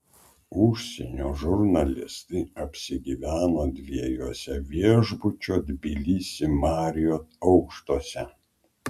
užsienio žurnalistai apsigyveno dviejuose viešbučio tbilisi marriott aukštuose